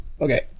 Okay